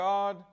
God